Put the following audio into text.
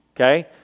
okay